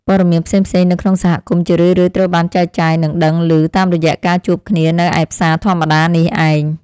ព័ត៌មានផ្សេងៗនៅក្នុងសហគមន៍ជារឿយៗត្រូវបានចែកចាយនិងដឹងឮតាមរយៈការជួបគ្នានៅឯផ្សារធម្មតានេះឯង។